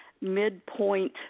midpoint